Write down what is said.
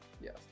Yes